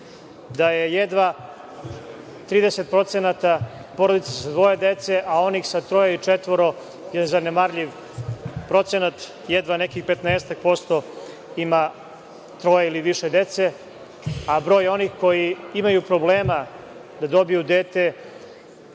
da je jedva 30% porodica sa dvoje dece, a onih sa troje i četvoro je zanemarljiv procenat, jedva nekih 15-ak posto ima troje ili više dece, a broj onih koji imaju problema da dobiju dete